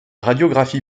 radiographie